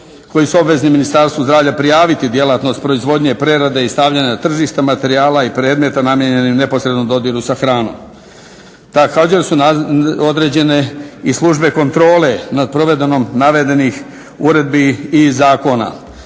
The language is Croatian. koji su obvezni Ministarstvu zdravlja prijaviti djelatnost proizvodnje, prerade i stavljanja na tržište materijala i predmeta namijenjenim neposrednom dodiru sa hranom. Također su određene i službe kontrole nad provedbom navedenih uredbi i zakona,